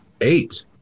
Eight